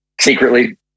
secretly